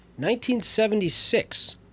1976